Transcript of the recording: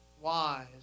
wise